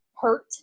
hurt